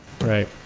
Right